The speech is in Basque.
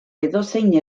edozein